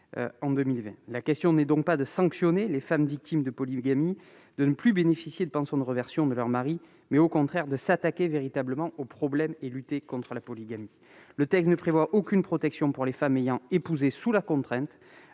en 2020. Il convient donc non pas de sanctionner les femmes victimes de polygamie en les privant de la pension de réversion de leur mari, mais au contraire de s'attaquer véritablement au problème et de lutter contre la polygamie. Le texte ne prévoit aucune protection pour les femmes ayant épousé sous la contrainte